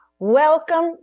Welcome